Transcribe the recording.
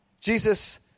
Jesus